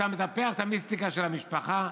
"אתה מטפח את המיסטיקה של המשפחה,